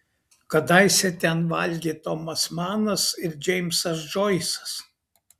kadaise ten valgė tomas manas ir džeimsas džoisas